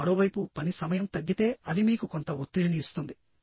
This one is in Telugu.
కానీ మరోవైపు పని సమయం తగ్గితే అది మీకు కొంత ఒత్తిడిని ఇస్తుంది